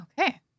Okay